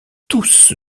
tous